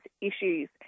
issues